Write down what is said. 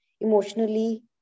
emotionally